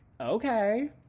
okay